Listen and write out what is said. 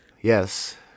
Yes